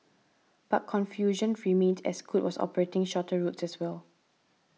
but confusion remained as Scoot was operating shorter routes as well